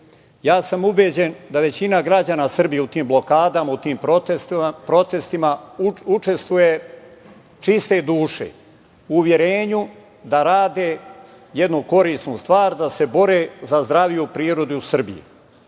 Ja sam ubeđen da većina građana Srbije u tim blokadama, u tim protestima učestvuje čiste duše, u uverenju da rade jednu korisnu stvar, da se bore za zdraviju prirodu Srbije,